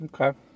Okay